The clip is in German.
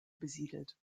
besiedelt